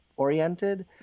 Oriented